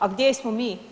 A gdje smo mi?